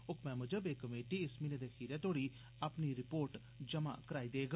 who कमै मुजब एह कमेटी इस म्हीने दे खीँरै तोड़ी अपनी रिपोर्ट जमा कराई देग